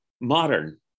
modern